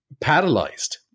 paralyzed